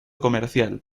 comercial